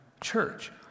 church